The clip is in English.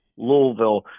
Louisville